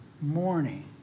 morning